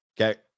Okay